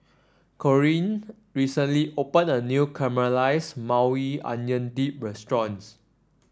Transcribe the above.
Corinne recently opened a new Caramelized Maui Onion Dip restaurant